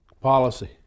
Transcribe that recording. Policy